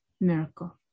miracle